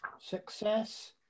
success